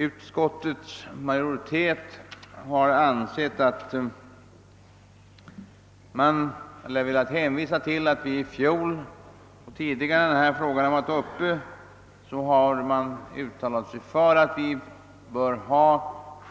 Utskottets majoritet har velat hänvisa till att då frågan var uppe i fjol uttalade sig utskottet för